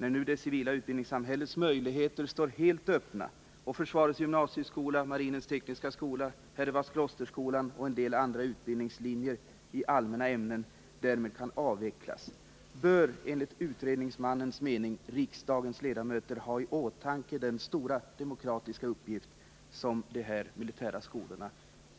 När nu det civila utbildningssamhällets möjligheter står helt öppna och försvarets gymnasieskola, marinens tekniska skola, Herrevadsklosterskolan och en del andra utbildningslinjer i allmänna ämnen därmed kan avvecklas bör enligt utredningsmannens mening riksdagens ledamöter ha i åtanke den stora demokratiska uppgift som de här militära skolorna